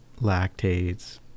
lactates